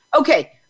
okay